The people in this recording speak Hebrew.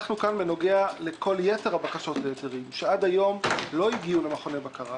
אנחנו כאן בנוגע לכל יתר הבקשות להיתרים שעד היום לא הגיעו למכוני בקרה.